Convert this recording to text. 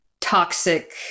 toxic